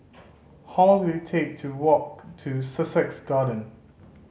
how will take to walk to Sussex Garden